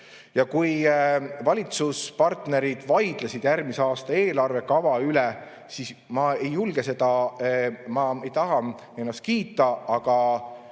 Ja kui valitsuspartnerid vaidlesid järgmise aasta eelarvekava üle, siis ma ei julge, ei taha ennast kiita, aga